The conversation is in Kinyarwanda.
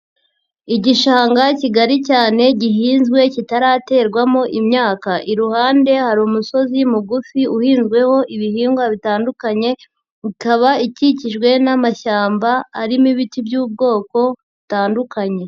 Igishanga kigari cyane gihinzwe kitaraterwamo imyaka, iruhande hari umusozi mugufi uhinzweho ibihingwa bitandukanye, ikaba ikikijwe n'amashyamba arimo ibiti by'ubwoko butandukanye.